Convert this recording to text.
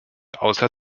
außer